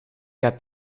heb